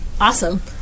Awesome